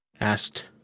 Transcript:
asked